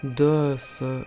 du su